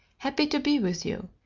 happy to be with you,